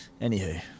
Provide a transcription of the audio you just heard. anywho